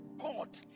God